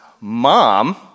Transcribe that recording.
mom